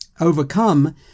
overcome